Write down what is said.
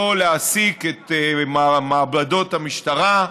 לא להעסיק את מעבדות המשטרה,